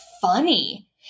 funny